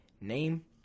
Name